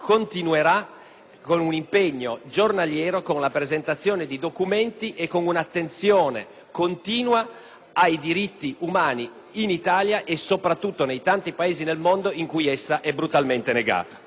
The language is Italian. con un impegno giornaliero, con la presentazione di documenti e con un'attenzione continua al riconoscimento dei diritti umani in Italia e soprattutto nei tanti Paesi del mondo in cui essi sono brutalmente negati.